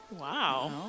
Wow